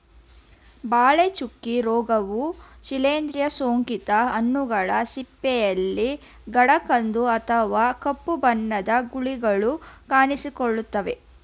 ಬಾಳೆ ಚುಕ್ಕೆ ರೋಗವು ಶಿಲೀಂದ್ರ ಸೋಂಕಿತ ಹಣ್ಣುಗಳ ಸಿಪ್ಪೆಯಲ್ಲಿ ಗಾಢ ಕಂದು ಅಥವಾ ಕಪ್ಪು ಬಣ್ಣದ ಗುಳಿಗಳು ಕಾಣಿಸಿಕೊಳ್ತವೆ